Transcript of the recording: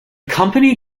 company